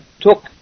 took